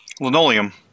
Linoleum